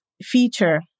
feature